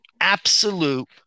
absolute